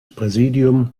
präsidium